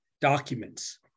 documents